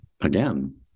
again